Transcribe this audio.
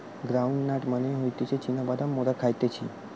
ground nut মানে হতিছে চীনা বাদাম মোরা খাইতেছি